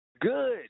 Good